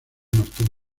martín